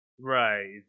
Right